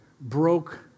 broke